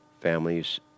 families